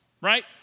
right